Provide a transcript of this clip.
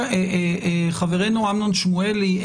חברנו אמנון שמואלי,